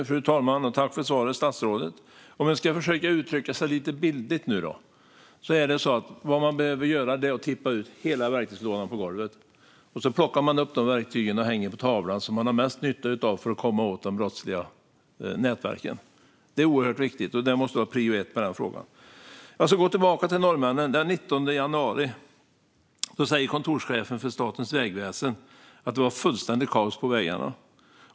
Fru talman! Tack för svaret, statsrådet! Jag ska försöka uttrycka mig bildligt. Det man behöver göra är att tippa ut hela verktygslådan på golvet och sedan plocka upp de verktyg som man har mest nytta av när det gäller att komma åt de brottsliga nätverken och hänga de verktygen på tavlan. Det är oerhört viktigt. Det måste vara prio ett i frågan. Jag ska komma tillbaka till norrmännen. Kontorschefen för Statens vegvesen säger att det den 19 januari var fullständigt kaos på vägarna.